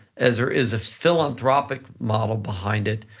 as there is a philanthropic model behind it,